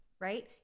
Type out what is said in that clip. right